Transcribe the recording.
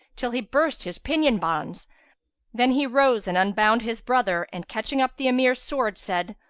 till he burst his pinion-bonds then he rose and unbound his brother and catching up the emir's sword, said,